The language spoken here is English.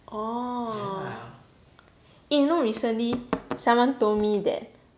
orh eh you know recently someone told me that